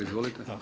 Izvolite.